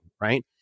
right